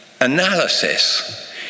analysis